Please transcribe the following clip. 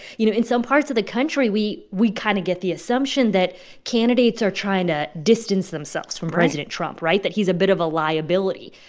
you know, in some parts of the country, we we kind of get the assumption that candidates are trying to distance themselves from president trump right? that he's a bit of a liability.